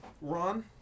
Ron